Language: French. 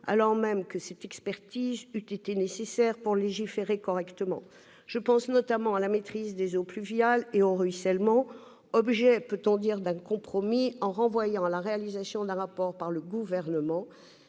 alors même que cette expertise eût été nécessaire pour légiférer correctement. Je pense notamment à la maîtrise des eaux fluviales et au ruissellement, qui, peut-on dire, ont fait l'objet d'un compromis : à ce sujet, on a renvoyé à la réalisation d'un rapport par le Gouvernement.